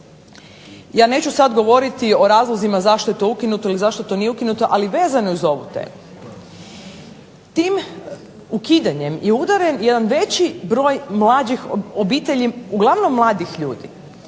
Ja neću sada govoriti o razlozima zašto je to ukinuto ili zašto to nije ukinuto ali vezano je uz ovu temu. Tim ukidanjem je udaren jedan veći broj mlađih obitelji uglavnom mladih ljudi.